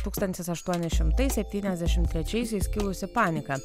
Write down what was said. tūkstantis aštuoni šimtai septyniasdešimt trečaisiais kilusi panika